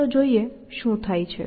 ચાલો જોઈએ શું થાય છે